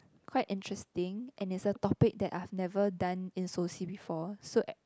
quite interesting and it's a topic that I've never done in soci before so eh